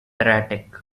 erratic